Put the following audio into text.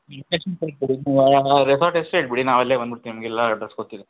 ಆ ರೆಸಾರ್ಟ್ ಹೆಸ್ರು ಹೇಳ್ಬಿಡಿ ನಾವು ಅಲ್ಲೇ ಬಂದು ಬಿಡ್ತೀವಿ ನಮ್ಗೆ ಎಲ್ಲಾ ಅಡ್ರೆಸ್ಸ್ ಗೊತ್ತಿದೆ